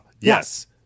Yes